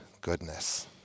goodness